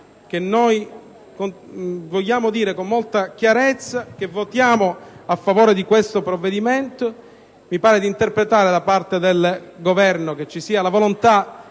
che noi vogliamo dire con molta chiarezza che voteremo a favore di questo provvedimento. Mi pare di poter dire che da parte del Governo vi sia la volontà